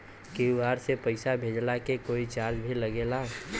QR से पैसा भेजला के कोई चार्ज भी लागेला?